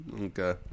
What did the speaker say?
okay